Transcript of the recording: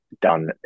done